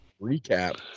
recap